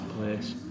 place